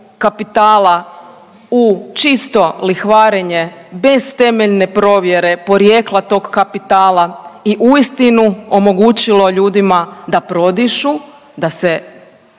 kapitala u čisto lihvarenje bez temeljne provjere porijekla tog kapitala i uistinu omogućilo ljudima da prodišu, da se